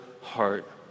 heart